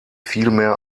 vielmehr